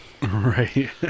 Right